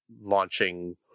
launching